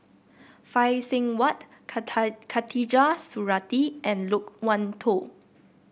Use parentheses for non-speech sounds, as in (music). Phay Seng Whatt (unintelligible) Khatijah Surattee and Loke Wan Tho